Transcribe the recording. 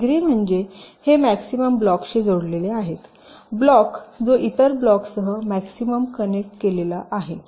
degree म्हणजे हे maximum ब्लॉक्सशी जोडलेले आहे ब्लॉक जो इतर ब्लॉक्ससह मॅक्सिमम कनेक्ट केलेला आहे